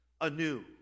anew